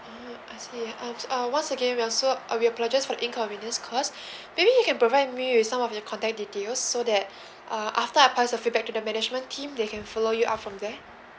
mm I see um once again we're so uh we apologise for the inconvenience caused maybe you can provide me with some of your contact details so that uh after I pass the feedback to the management team they can follow you up from there